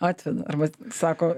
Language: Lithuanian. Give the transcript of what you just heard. atveda arba sako